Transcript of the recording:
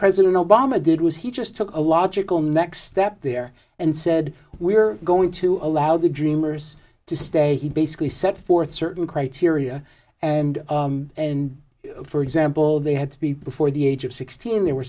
president obama did was he just took a logical next step there and said we're going to allow the dreamers to stay he basically set forth certain criteria and and for example they had to be before the age of sixteen there were